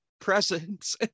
presence